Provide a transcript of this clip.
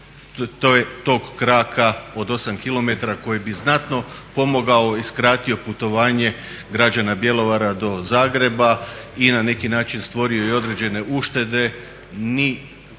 tog kraka od 8 km koji bi znatno pomogao i skratio putovanje građana Bjelovara do Zagreba i na neki način stvorio i određene uštede.